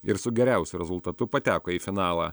ir su geriausiu rezultatu pateko į finalą